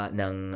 ng